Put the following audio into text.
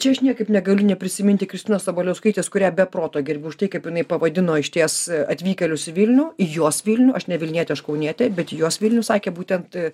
čia aš niekaip negaliu neprisiminti kristinos sabaliauskaitės kurią be proto gerbiu už tai kaip jinai pavadino išties atvykėlius vilniuje juos vilniuje aš ne vilnietė aš kaunietė bet jos vilnius sakė būtent